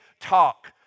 talk